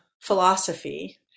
philosophy